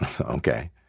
Okay